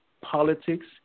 politics